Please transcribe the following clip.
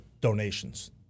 donations